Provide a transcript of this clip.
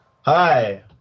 hi